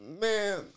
man